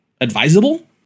Advisable